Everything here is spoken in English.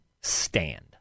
stand